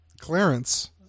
Clarence